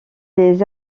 des